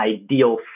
ideal